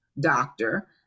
doctor